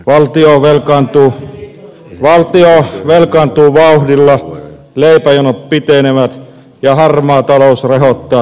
valtio velkaantuu vauhdilla leipäjonot pitenevät ja harmaa talous rehottaa työmailla